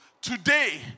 today